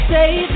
Save